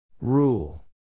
Rule